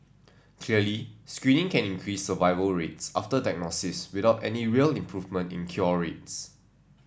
clearly screening can increase survival rates after diagnosis without any real improvement in cure rates